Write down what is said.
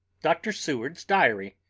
dr. seward's diary.